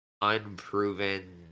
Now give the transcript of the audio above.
unproven